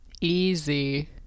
Easy